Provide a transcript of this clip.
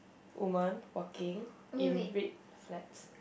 women walking in red flats